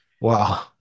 Wow